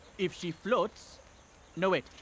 if she floats no, wait,